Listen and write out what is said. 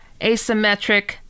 asymmetric